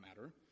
matter